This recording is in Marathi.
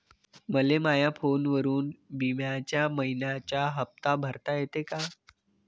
मले माया फोनवरून बिम्याचा मइन्याचा हप्ता भरता येते का?